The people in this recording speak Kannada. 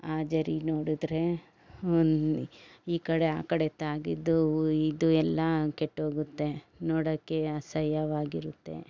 ಆ ಜರಿ ನೋಡಿದ್ರೆ ಈ ಕಡೆ ಆ ಕಡೆ ತಾಗಿದ್ದು ಇದು ಎಲ್ಲ ಕೆಟ್ಟೋಗುತ್ತೆ ನೋಡೋಕ್ಕೆ ಅಸಹ್ಯವಾಗಿರುತ್ತೆ